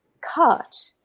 cut